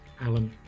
Alan